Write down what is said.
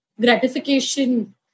gratification